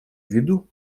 виду